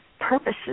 purposes